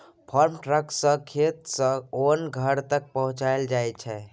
farm truck सँ खेत सँ ओन घर तक पहुँचाएल जाइ छै